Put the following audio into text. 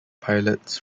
pilots